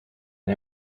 and